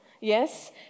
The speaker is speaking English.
yes